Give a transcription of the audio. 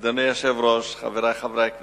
היושב-ראש, חברי חברי הכנסת,